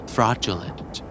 Fraudulent